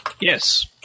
Yes